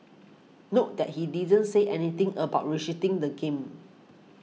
note that he didn't say anything about restricting the game